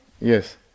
Yes